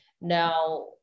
Now